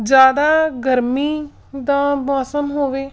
ਜ਼ਿਆਦਾ ਗਰਮੀ ਦਾ ਮੌਸਮ ਹੋਵੇ